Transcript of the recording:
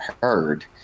heard